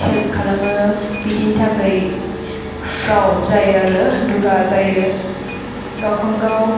help खालामो बिदिनि थाखै प्राउड जायो आरो दुगा जायो गावखौनो गाव